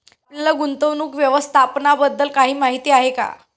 आपल्याला गुंतवणूक व्यवस्थापनाबद्दल काही माहिती आहे का?